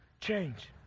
change